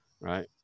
right